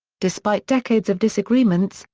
despite decades of disagreements,